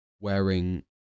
wearing